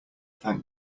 thank